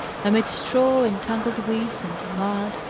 amidst straw and tangled weeds and mud,